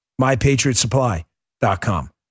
MyPatriotSupply.com